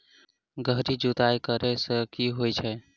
गहिर जुताई करैय सँ की होइ छै?